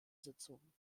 sitzung